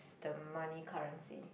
the money currency